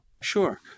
Sure